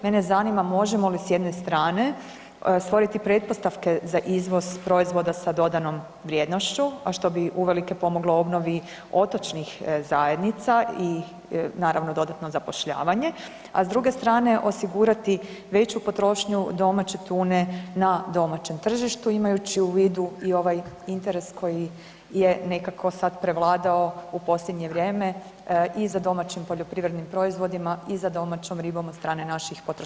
Mene zanima možemo li s jedne strane stvoriti pretpostavke za izvoz proizvoda sa dodanom vrijednošću, a što bi uvelike pomoglo obnovi otočnih zajednica i naravno dodatno zapošljavanje, a s druge strane osigurati veću potrošnju domaće tune na domaćem tržištu imajuću u vidu i ovaj interes koji je nekako sad prevladao u posljednje vrijeme i za domaćim poljoprivrednim proizvodima i za domaćom ribom od strane naših potrošača.